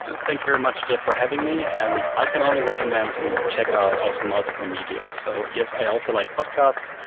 thank you very much, jeff, for having me, and i can only recommend to check out also multiple medium. so, yes, i also like podcasts,